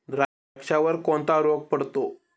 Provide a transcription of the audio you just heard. द्राक्षावर कोणता रोग पडतो?